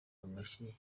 amashyi